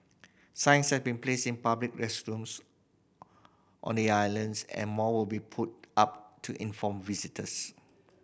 signs have been placed in public restrooms on the islands and more will be put up to inform visitors